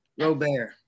Robert